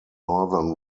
northern